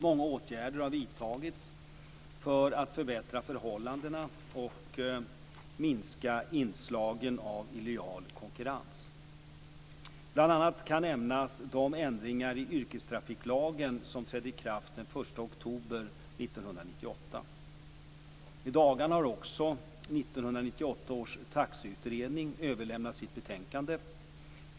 Många åtgärder har vidtagits för att förbättra förhållandena och minska inslagen av illojal konkurrens. Bl.a. kan nämnas de ändringar i yrkestrafiklagen som trädde i kraft den 1 oktober 1998. I dagarna har också 1998 års taxiutredning överlämnat sitt betänkande.